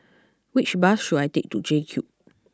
which bus should I take to J Cube